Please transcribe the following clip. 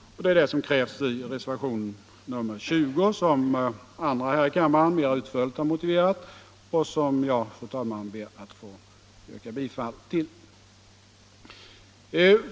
Detta krävs i reservationen 20, som andra talare här i kammaren mer utförligt har motiverat och som jag, fru talman, ber att få yrka bifall till.